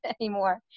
anymore